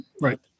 right